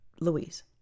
Louise